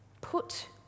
put